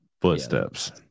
footsteps